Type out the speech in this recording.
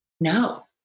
no